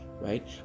right